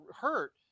hurt